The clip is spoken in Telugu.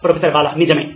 ప్రొఫెసర్ బాలా నిజమే